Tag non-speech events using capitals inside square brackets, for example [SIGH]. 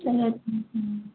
चलो [UNINTELLIGIBLE]